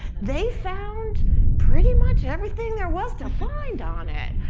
they found pretty much everything there was to find on it.